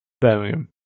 Birmingham